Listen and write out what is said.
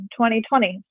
2020